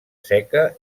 seca